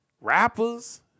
rappers